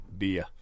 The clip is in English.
Beer